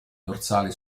dorsali